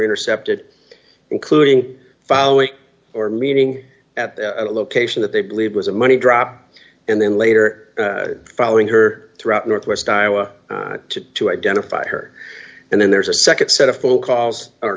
intercepted including following or meeting at a location that they believed was a money drop and then later following her throughout northwest iowa to to identify her and then there's a nd set of phone calls or